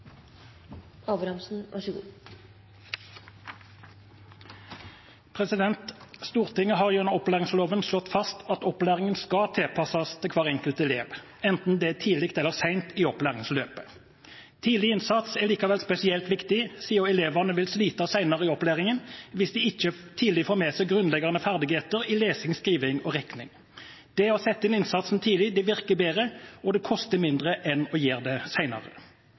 Stortinget har gjennom opplæringsloven slått fast at opplæringen skal tilpasses hver enkelt elev, enten det er tidlig eller sent i opplæringsløpet. Tidlig innsats er likevel spesielt viktig siden elevene vil slite senere i opplæringen hvis de ikke tidlig får med seg grunnleggende ferdigheter i lesing, skriving og regning. Det å sette inn innsatsen tidlig virker bedre, og det koster mindre enn å gjøre det